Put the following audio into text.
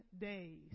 days